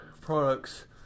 products